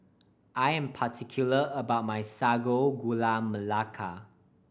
I am particular about my Sago Gula Melaka